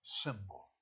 symbol